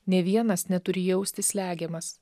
nė vienas neturi jaustis slegiamas